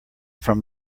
from